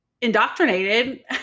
indoctrinated